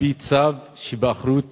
על-פי צו שבאחריות משרדך,